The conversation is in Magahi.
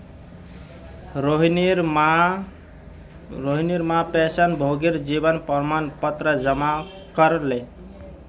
रोहिणीर मां पेंशनभोगीर जीवन प्रमाण पत्र जमा करले